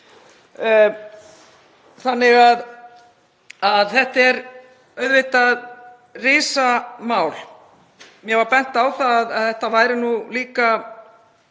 fjötra. Þetta er auðvitað risamál. Mér var bent á að þetta væri nú líka